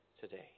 today